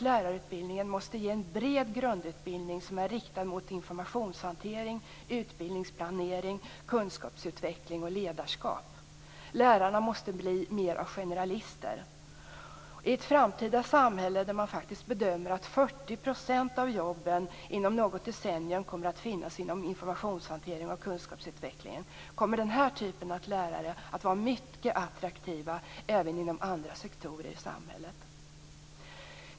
Lärarutbildningen måste ge en bred grundutbildning, inriktad på informationshantering, utbildningsplanering, kunskapsutveckling och ledarskap. Lärarna måste bli mer av generalister. I ett samhälle där man bedömer att 40 % av jobben inom något decennium kommer att finnas inom informationshantering och kunskapsutveckling kommer den här typen av lärare att vara mycket attraktiva även inom andra sektorer i samhället.